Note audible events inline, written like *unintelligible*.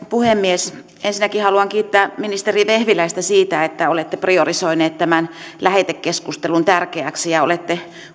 *unintelligible* puhemies ensinnäkin haluan kiittää ministeri vehviläistä siitä että olette priorisoinut tämän lähetekeskustelun tärkeäksi ja olette